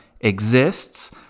exists